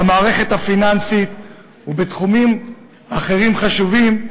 במערכת הפיננסית ובתחומים אחרים חשובים,